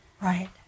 Right